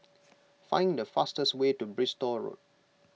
find the fastest way to Bristol Road